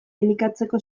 elikatzeko